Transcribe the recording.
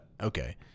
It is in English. okay